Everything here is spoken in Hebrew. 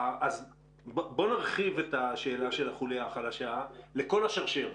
בוא נרחיב את השאלה של החוליה החלשה לכל השרשרת,